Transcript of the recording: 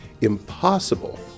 impossible